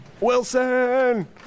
Wilson